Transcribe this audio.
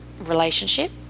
relationship